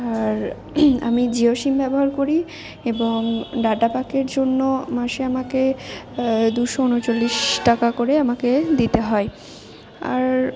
আর আমি জিও সিম ব্যবহার করি এবং ডাটা প্যাকের জন্য মাসে আমাকে দুশো উনচল্লিশ টাকা করে আমাকে দিতে হয় আর